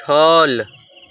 छल